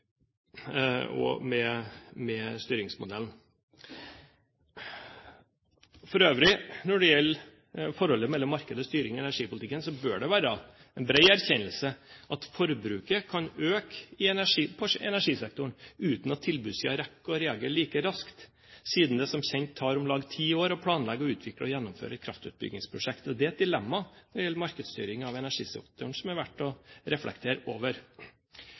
feil med styringsmodellen. For øvrig: Når det gjelder forholdet mellom marked og styring i energipolitikken, bør det være en bred erkjennelse at forbruket kan øke i energisektoren uten at tilbudssiden rekker å reagere like raskt, siden det, som kjent, tar om lag ti år å planlegge, utvikle og gjennomføre et kraftutbyggingsprosjekt. Det er et dilemma når det gjelder markedsstyring av energisektoren som det er verdt å reflektere over.